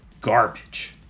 garbage